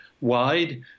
wide